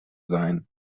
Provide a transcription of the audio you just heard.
sein